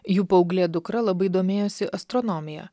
jų paauglė dukra labai domėjosi astronomija